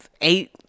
eight